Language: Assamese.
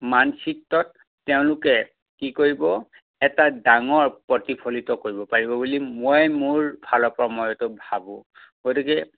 মানচিত্ৰত তেওঁলোকে কি কৰিব এটা ডাঙৰ প্ৰতিফলিত কৰিব পাৰিব বুলি মই মোৰ ফালৰ পৰা মই এইটো ভাবোঁ গতিকে